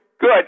Good